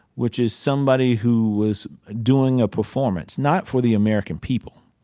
which is somebody who was doing a performance, not for the american people,